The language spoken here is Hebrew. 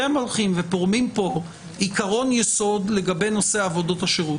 אתם הולכים ופורמים פה עיקרון יסוד לגבי נושא עבודות השירות.